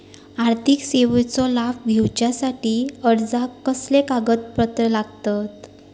आर्थिक सेवेचो लाभ घेवच्यासाठी अर्जाक कसले कागदपत्र लागतत?